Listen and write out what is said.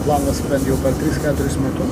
planas jau per tris keturis metus